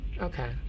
okay